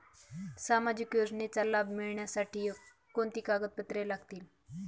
सामाजिक योजनेचा लाभ मिळण्यासाठी कोणती कागदपत्रे लागतील?